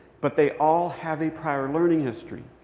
but they all have a prior learning history.